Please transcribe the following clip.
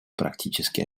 практически